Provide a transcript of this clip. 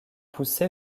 poussé